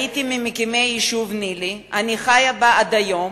הייתי ממקימי היישוב ניל"י, אני חיה בו עד היום,